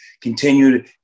continue